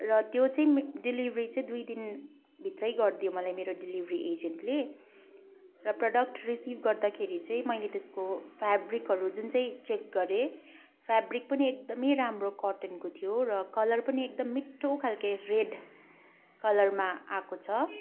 र त्यो चाहिँ डेलिभरी चाहिँ दुई दिनभित्रै गरिदियो मलाई मेरो डेलिभरी एजेन्टले र प्रडक्ट रिसिभ गर्दाखेरि चाहिँ मैले त्यसको फेबरिकहरू जुन चाहिँ चेक गरेँ फेबरिक पनि एकदमै राम्रो कटनको थियो र कलर पनि एकदम मिठो खालको रेड कलरमा आएको छ